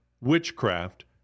witchcraft